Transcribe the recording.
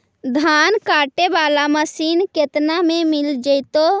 धान काटे वाला मशीन केतना में मिल जैतै?